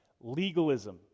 legalism